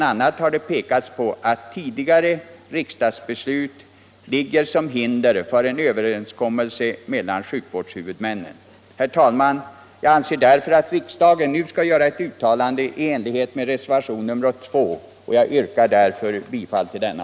a. har det pekats på alt tidigare riksdagsbeslut lägger hinder i vägen för en överenskommelse mellan sjukvårdshuvudmännen. Herr talman! Jag anser att riksdagen nu skall göra ett uttalande i enlighet med vad som föreslås i reservationen 2 och yrkar därför bifall till denna.